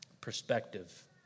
Perspective